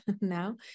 now